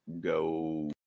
go